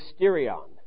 mysterion